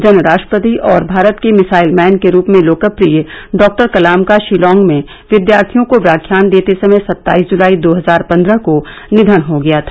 जन राष्ट्रपति और भारत के मिसाइल मैन के रूप में लोकप्रिय डॉक्टर कलाम का शिलांग में विद्यार्थियों को व्याख्यान देते समय सत्ताईस जुलाई दो हजार पन्द्रह को निघन हो गया था